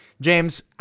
james